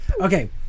okay